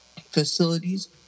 facilities